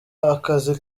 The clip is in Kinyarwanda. akazi